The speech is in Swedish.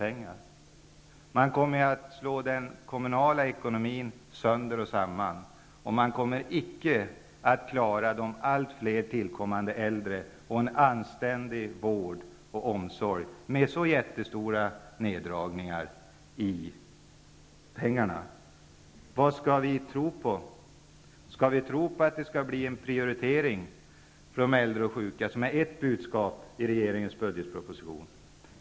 Den kommunala ekonomin kommer att slås sönder och samman, man kommer icke att klara att ge allt fler äldre en anständig vård och omsorg, om det sker så stora indragningar. Vad skall vi tro? Skall vi tro på att det blir en prioritering av de äldre och sjuka? Det är ett budskap i regeringens budgetproposition.